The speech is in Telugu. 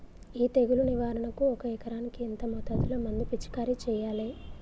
ఈ తెగులు నివారణకు ఒక ఎకరానికి ఎంత మోతాదులో మందు పిచికారీ చెయ్యాలే?